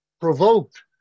provoked